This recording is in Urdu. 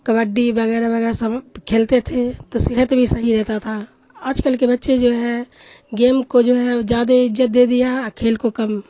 کبڈی وغیرہ وغیرہ سب کھیلتے تھے تو صحت بھی صحیح رہتا تھا آج کل کے بچے جو ہے گیم کو جو ہے زیادہ عزت دے دیا ہے اور کھیل کو کم